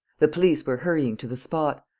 the police were hurrying to the spot.